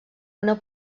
una